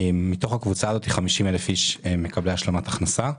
מתוך הקבוצה הזאת 50,000 הם מקבלי השלמת הכנסה,